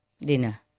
dinner